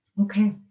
Okay